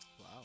Wow